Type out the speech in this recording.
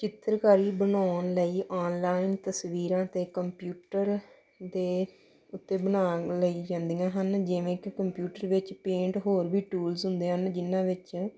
ਚਿੱਤਰਕਾਰੀ ਬਣਾਉਣ ਲਈ ਔਨਲਾਈਨ ਤਸਵੀਰਾਂ ਅਤੇ ਕੰਪਿਊਟਰ ਦੇ ਉੱਤੇ ਬਣਾਉਣ ਲਈ ਜਾਂਦੀਆਂ ਹਨ ਜਿਵੇਂ ਕਿ ਕੰਪਿਊਟਰ ਵਿੱਚ ਪੇਂਟ ਹੋਰ ਵੀ ਟੂਲਸ ਹੁੰਦੇ ਹਨ ਜਿਹਨਾਂ ਵਿੱਚ